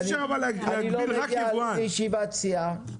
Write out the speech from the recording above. אני לא מגיע לישיבת סיעה.